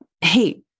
hey